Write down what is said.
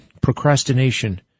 Procrastination